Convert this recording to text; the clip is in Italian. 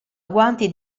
guanti